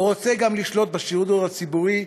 הוא רוצה גם לשלוט בשידור הציבורי,